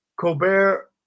Colbert